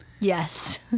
yes